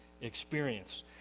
experience